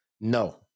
No